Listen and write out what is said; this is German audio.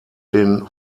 den